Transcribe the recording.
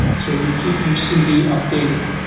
so you keep your cv updated,